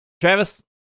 Travis